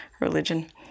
religion